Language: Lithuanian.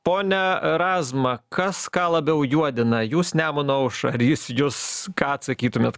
pone razma kas ką labiau juodina jūs nemuno aušrą ar jis jus ką atsakytumėt